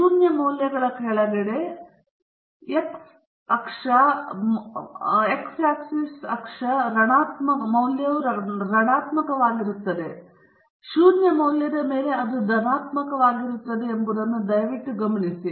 ಶೂನ್ಯ ಮೌಲ್ಯಗಳ ಕೆಳಗೆ x ಆಕ್ಸಿಸ್ ಮೌಲ್ಯ ಋಣಾತ್ಮಕವಾಗಿರುತ್ತದೆ ಮತ್ತು ಶೂನ್ಯ ಮೌಲ್ಯದ ಮೇಲೆ ಅದು ಧನಾತ್ಮಕವಾಗಿರುತ್ತದೆ ಎಂಬುದನ್ನು ದಯವಿಟ್ಟು ಗಮನಿಸಿ